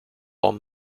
one